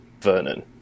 vernon